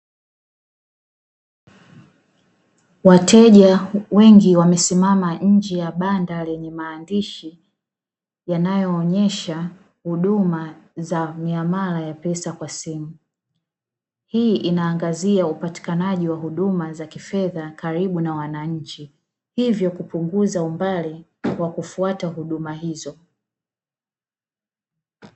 Wateja wengi wamesimama nje ya banda lenye maandishi yanayoonyesha huduma za miamala ya pesa kwa simu. Hii inaangazia upatikanaji wa huduma za kifedha karibu na wananchi, hivyo kupunguza umbali wa kufuata huduma hizo.